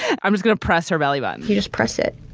i'm going to press her rally, but he just press it